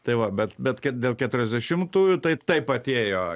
tai va bet bet dėl keturiasdešimtųjų tai taip atėjo